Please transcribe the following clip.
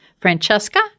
Francesca